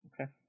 Okay